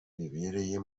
bibereye